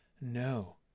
No